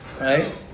Right